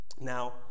Now